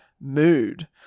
mood